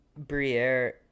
Briere